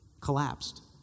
Collapsed